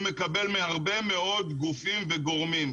הוא מקבל מהרבה מאוד גופים וגורמים,